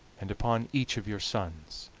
and upon each of your sons.